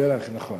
תהיה לך, נכון.